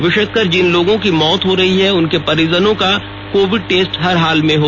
विशेषकर जिन लोगों की मौत हो रही है उनके परिजनों का कोविड टेस्ट हर हाल में हो